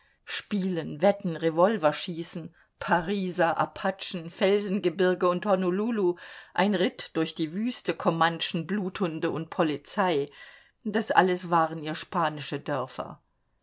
spielen wetten revolverschießen pariser apachen felsengebirge und honolulu ein ritt durch die wüste komantschen bluthunde und polizei das alles waren ihr spanische dörfer